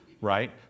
right